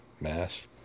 mass